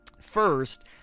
first